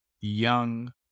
young